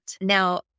Now